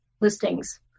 listings